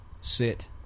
sit